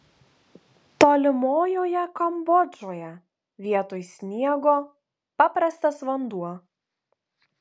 tolimojoje kambodžoje vietoj sniego paprastas vanduo